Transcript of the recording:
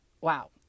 Wow